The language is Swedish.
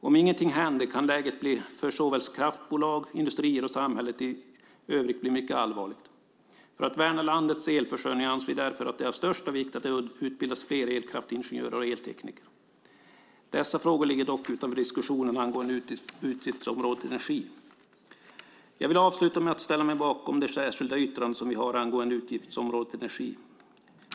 Om ingenting händer kan läget för såväl kraftbolag och industrier som samhället i övrigt bli mycket allvarligt. För att värna landets elförsörjning anser vi därför att det är av största vikt att det utbildas fler elkraftsingenjörer och eltekniker. Dessa frågor ligger dock utanför diskussionen angående utgiftsområdet Energi. Jag vill avsluta med att ställa mig bakom det särskilda yttrandet som vi har angående utgiftsområdet Energi.